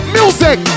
Music